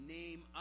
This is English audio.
name